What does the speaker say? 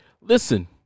Listen